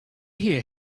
hear